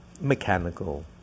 mechanical